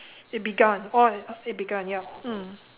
it begun oh it begun yup mm